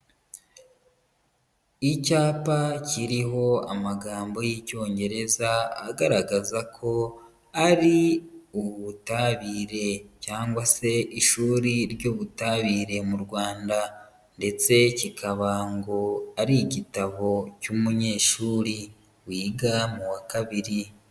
Icyapa kiriho amagambo y'Icyongereza agaragaza ko ari ubutabire cyangwa se ishuri ry'ubutabire mu Rwanda ndetse kikaba ngo ari igitabo cy'umunyeshuri wiga mu wa kabiri.